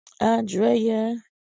Andrea